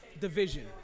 division